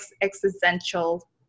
existential